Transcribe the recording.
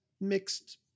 mixed